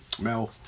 Mel